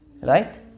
Right